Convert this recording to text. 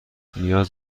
نیاز